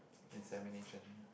insemination